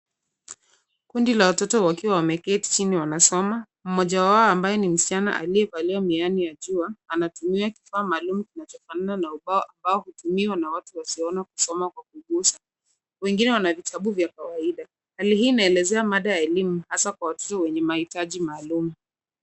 Kundi la watoto wakiwa wameketi chini wanasoma. Mmoja wao ambaye ni msichana aliyevaa miwani ya jua anatumia kifaa maalum kinachofanana na ubao ambao hutumiwa na watu wasioona kusoma kwa kugusa. Wengine wana vitabu vya kawaida. Hali hii inaelezea mada ya elimu hasa kwa watoto wenye mahitaji maalum.